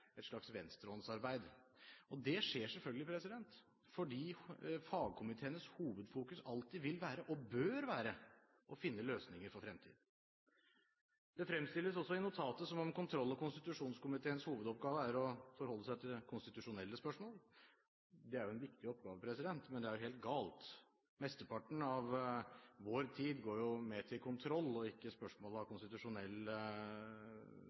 et slags venstrehåndsarbeid. Det skjer selvfølgelig fordi fagkomiteenes hovedfokus alltid vil være og bør være å finne løsninger for fremtiden. Det fremstilles også i notatet som om kontroll- og konstitusjonskomiteens hovedoppgave er å forholde seg til konstitusjonelle spørsmål. Det er en viktig oppgave, men det er helt galt. Mesteparten av vår tid går jo med til kontroll og ikke til spørsmål av